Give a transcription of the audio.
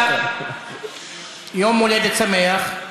עליזה, יום הולדת שמח.